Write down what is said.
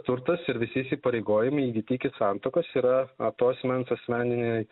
turtas ir visi įsipareigojimai įgyti iki santuokos yra to asmens asmeninėj